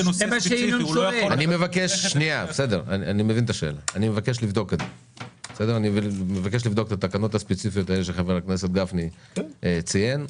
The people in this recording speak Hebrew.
אני מבקש לבדוק את התקנות הספציפיות האלה שחבר הכנסת גפני ציין.